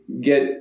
get